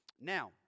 Now